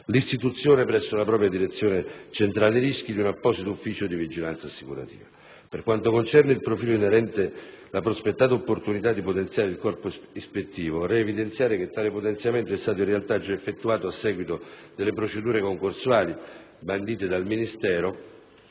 l'istituzione presso la propria direzione centrale rischi di un apposito ufficio di vigilanza assicurativa. Per quanto concerne il profilo inerente la prospettata opportunità di potenziare il corpo ispettivo, vorrei evidenziare che tale potenziamento è stato in realtà già effettuato a seguito delle procedure concorsuali bandite dal Ministero